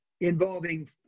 involving